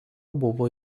buvo